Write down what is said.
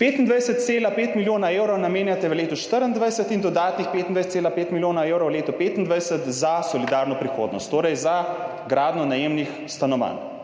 25,5 milijona evrov namenjate v letu 2024 in dodatnih 25,5 milijona evrov v letu 2025 za solidarno prihodnost, torej za gradnjo najemnih stanovanj.